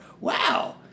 Wow